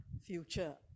future